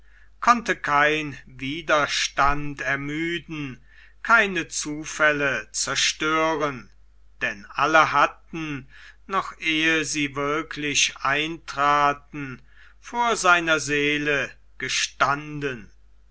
konnte kein widerstand ermüden keine zufälle zerstören denn alle hatten noch ehe sie wirklich eintraten vor seiner seele gestanden